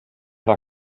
war